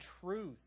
truth